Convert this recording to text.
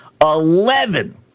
Eleven